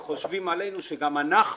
וחושבים עלינו שגם אנחנו,